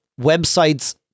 websites